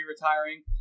retiring